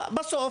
בסוף,